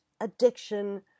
addiction